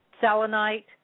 selenite